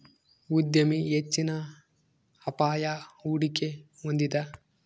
ಉದ್ಯಮಿ ಹೆಚ್ಚಿನ ಅಪಾಯ, ಹೂಡಿಕೆ ಹೊಂದಿದ